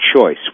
choice